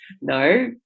No